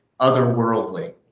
otherworldly